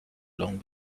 long